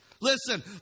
Listen